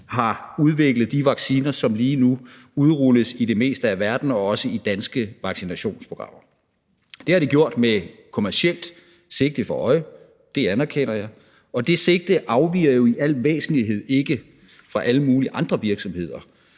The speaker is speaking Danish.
har udviklet de vacciner, som lige nu udrulles i det meste af verden og også i danske vaccinationsprogrammer. Det har de gjort med kommercielt sigte for øje, det anerkender jeg, og det sigte afviger jo i al væsentlighed ikke fra alle mulige andre virksomheders,